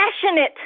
passionate